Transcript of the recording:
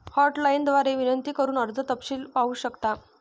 hotline द्वारे विनंती करून कर्ज तपशील पाहू शकता